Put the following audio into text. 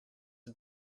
had